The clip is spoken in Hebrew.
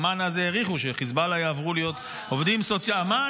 אמ"ן אז העריכו שחיזבאללה יעברו להיות עובדים סוציאליים,